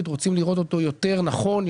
- אנחנו רוצים לראות אותו יותר נכון,